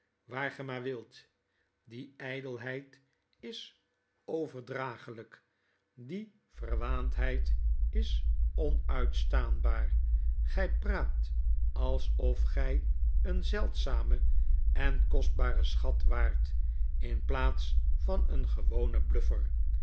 waar ge maar wilt die gdelheid is overdragelgk die verwaandheid is onuitstaanbaar gg praat alsof gg een zeldzame en kostbare schat waart in plaats van een gewone bluffer